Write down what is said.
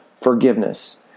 forgiveness